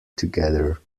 together